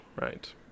right